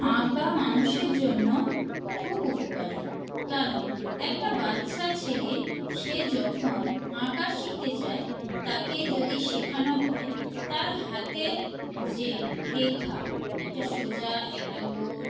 আঁকা মানুষের জন্য খুব উপকারী কারণ একটা বাচ্ছা ছেলে সে যখন আঁকা শিখতে চায় তাকে যদি শেখানো হয় তার হাতের যে রেখা একটা সোজা একটা গোল